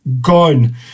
gone